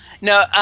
No